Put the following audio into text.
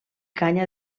canya